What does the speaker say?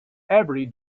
every